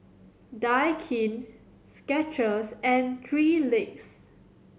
Daikin Skechers and Three Legs